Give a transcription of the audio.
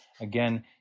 Again